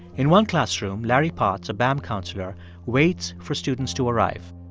in one classroom, larry potts, a bam counselor waits for students to arrive.